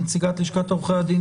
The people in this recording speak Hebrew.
נציגת לשכת עורכי הדין,